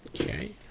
Okay